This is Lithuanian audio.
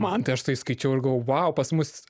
man tai aš tai skaičiau ir galvojau vau pas mus